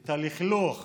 את הלכלוך